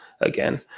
again